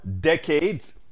decades